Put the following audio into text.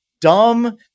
dumb